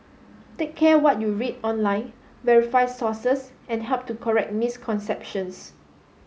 take care what you read online verify sources and help to correct misconceptions